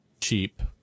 cheap